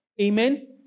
Amen